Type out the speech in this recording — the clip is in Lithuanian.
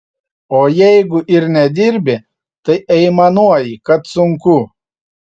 o jeigu ir nedirbi tai aimanuoji kad sunku